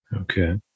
Okay